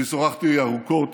אני שוחחתי ארוכות,